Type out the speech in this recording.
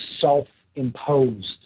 self-imposed